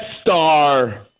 Star